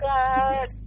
God